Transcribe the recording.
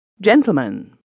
Gentlemen